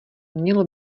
mělo